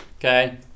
Okay